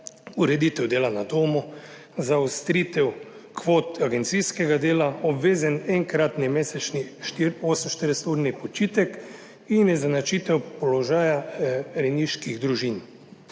ureditev dela na domu, zaostritev kvot agencijskega dela, obvezen enkratni mesečni 48-urni počitek in izenačitev položaja rejniških družin.